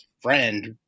friend